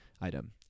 item